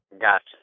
Gotcha